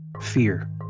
fear